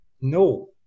No